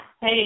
Hey